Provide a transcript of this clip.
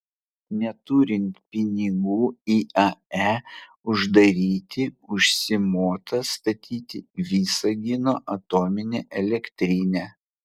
neturint pinigų iae uždaryti užsimota statyti visagino atominę elektrinę